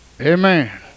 Amen